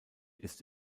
ist